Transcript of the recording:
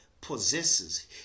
possesses